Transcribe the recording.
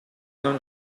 non